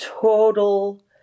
total